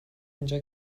اینجا